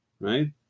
right